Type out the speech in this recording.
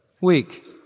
week